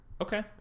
Okay